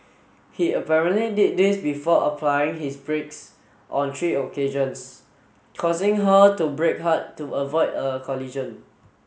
he apparently did this before applying his brakes on three occasions causing her to brake hard to avoid a collision